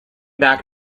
back